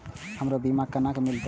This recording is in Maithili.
हमरो बीमा केना मिलते?